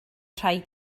rhaid